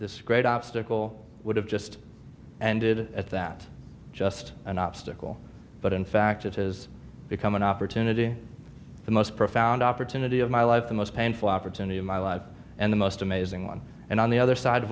this great obstacle would have just ended at that just an obstacle but in fact it has become an opportunity the most profound opportunity of my life the most painful opportunity of my life and the most amazing one and on the other side